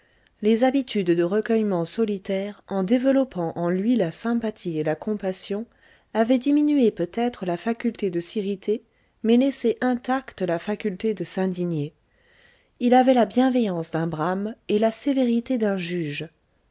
les habitudes de recueillement solitaire en développant en lui la sympathie et la compassion avaient diminué peut-être la faculté de s'irriter mais laissé intacte la faculté de s'indigner il avait la bienveillance d'un brahme et la sévérité d'un juge